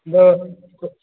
ꯑꯗꯣ